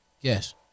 Yes